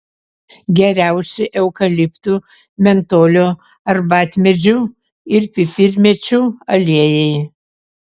geriausi eukaliptų mentolio arbatmedžių ir pipirmėčių aliejai